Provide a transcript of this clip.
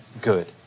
good